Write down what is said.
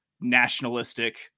nationalistic